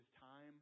time